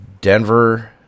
Denver